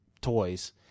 toys